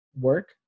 work